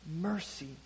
mercy